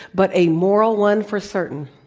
but a moral one for certain.